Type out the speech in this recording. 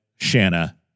Shanna